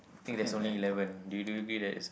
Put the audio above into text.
think there's only eleven do you do you agree that it's